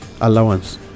allowance